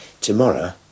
tomorrow